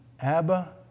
Abba